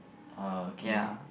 oh okay